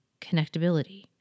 connectability